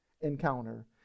encounter